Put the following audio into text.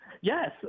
Yes